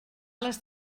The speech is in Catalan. les